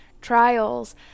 trials